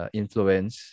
influence